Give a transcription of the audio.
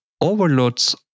overloads